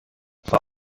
vor